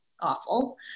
awful